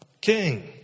king